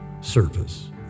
service